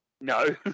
no